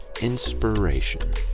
inspiration